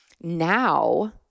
Now